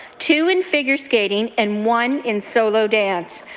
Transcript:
two in figure skating and one in solo dance.